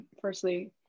firstly